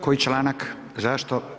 Koji članak, zašto?